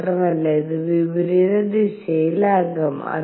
മാത്രമല്ല അത് വിപരീത ദിശയിലാകാം